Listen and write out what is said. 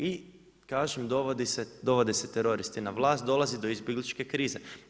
I kažem dovode se teroristi na vlast, dolazi do izbjegličke krize.